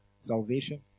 salvation